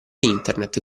internet